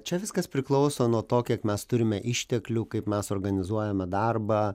čia viskas priklauso nuo to kiek mes turime išteklių kaip mes organizuojame darbą